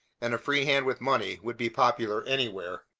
and a free hand with money, would be popular anywhere.